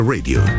Radio